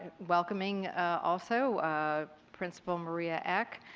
welcoming also ah principal maria ech